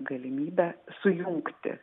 galimybe sujungti